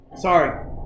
sorry